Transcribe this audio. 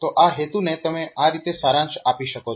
તો આ હેતુને તમે આ રીતે સારાંશ આપી શકો છો